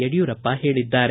ಯಡಿಯೂರಪ್ಪ ಹೇಳಿದ್ದಾರೆ